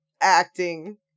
acting